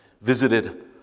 visited